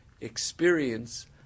experience